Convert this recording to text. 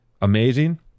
amazing